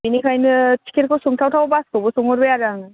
बेनिखायनो टिकेटखौ सोंथावथाव बासखौबो सोंहरबाय आरो आङो